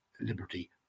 liberty